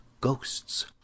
ghosts